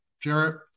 Jarrett